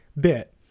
bit